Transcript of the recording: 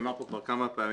נאמר פה כמה פעמים,